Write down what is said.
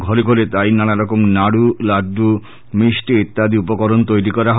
ঘরে ঘরে তাই নানারকম নাড়ু লাড্ডু মিষ্টি ইত্যাদি উপকরণ তৈরি করা হয়